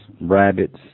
rabbits